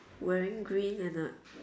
wearing green and a